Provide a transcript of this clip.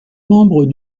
membre